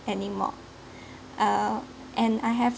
anymore uh and I have